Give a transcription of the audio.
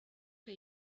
que